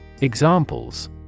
Examples